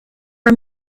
are